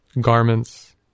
garments